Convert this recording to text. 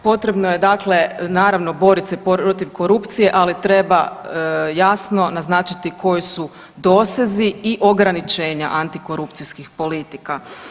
Potrebno je dakle naravno borit se protiv korupcije, ali treba jasno naznačiti koji su dosezi i ograničenja antikorupcijskih politika.